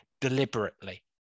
deliberately